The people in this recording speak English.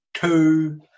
Two